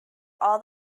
all